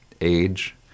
age